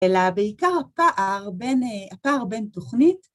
אלא בעיקר הפער בין, הפער בין תוכנית.